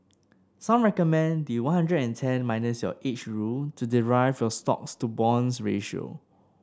some recommend the one hundred and ten minus age rule to derive your stocks to bonds ratio